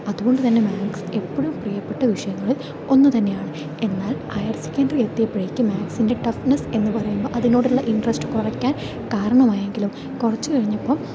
അതുകൊണ്ടുതന്നെ മാത്സ് എപ്പോഴും പ്രീയപ്പെട്ട വിഷയങ്ങളിൽ ഒന്ന് തന്നെയാണ് എന്നാൽ ഹയർ സെക്കണ്ടറി എത്തിയപ്പോഴേക്കും മാത്സിൻ്റെ ടഫ്നസ് എന്ന് പറയുമ്പോൾ അതിനോടുള്ള ഇൻട്രെസ്റ്റ് കുറയ്ക്കാൻ കാരണമായെങ്കിലും കുറച്ച് കഴിഞ്ഞപ്പോൾ